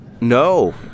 No